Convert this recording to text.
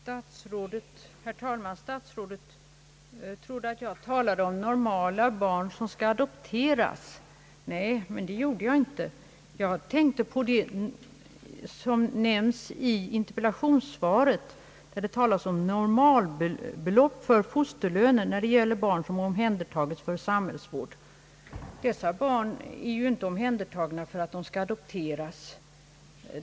Herr talman! Statsrådet trodde att jag talade om normala barn som skall adopteras. Nej, jag tänkte på dem som nämns i interpellationssvaret, när det talas om normalbelopp för fosterlöner när det gäller barn som omhändertagits för samhällsvård. Dessa barn är ju inte omhändertagna för att adopteras.